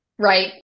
Right